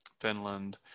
Finland